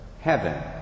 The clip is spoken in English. heaven